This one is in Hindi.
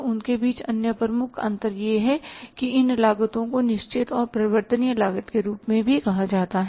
तो उनके बीच अन्य प्रमुख अंतर यह है कि इन लागतों को निश्चित और परिवर्तनीय लागत के रूप में भी कहा जाता है